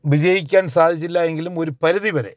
വിജയിക്കാന് സാധിച്ചില്ലായെങ്കിലും ഒരു പരിധിവരെ